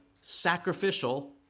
sacrificial